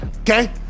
okay